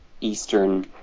eastern